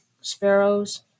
Sparrows